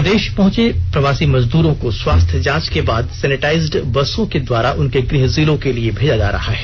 प्रदेष पहुंचे प्रवासी मजदूरों को स्वास्थ्य जांच के बाद सेनेटाइजड बसों के द्वारा उनके गृह जिलों के लिए भेजा जा रहा है